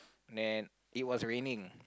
then it was raining